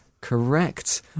Correct